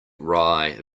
rye